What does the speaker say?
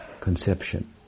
conception